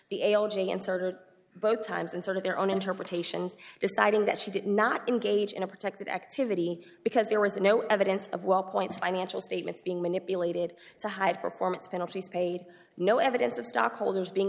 the a l g inserted both times and sort of their own interpretations deciding that she did not engage in a protected activity because there was no evidence of well point's financial statements being manipulated to hide performance penalties paid no evidence of stockholders being